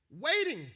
waiting